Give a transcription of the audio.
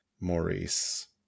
Maurice